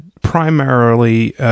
primarily